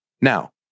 now